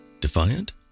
Defiant